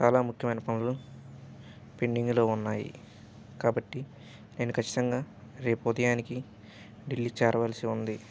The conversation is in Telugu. చాలా ముఖ్యమైన పనులు పెండింగ్లో ఉన్నాయి కాబట్టి నేను ఖచ్చితంగా రేపు ఉదయానికి ఢిల్లీ చేరవలసి ఉంది